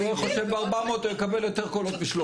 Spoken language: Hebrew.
הוא יגיד 400 הוא יקבל יותר קולות מ-300.